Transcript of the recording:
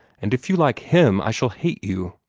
and if you like him, i shall hate you!